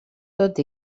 tot